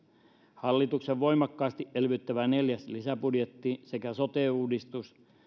hallituksen voimakkaasti elvyttävä neljäs lisäbudjetti sekä sote uudistus ja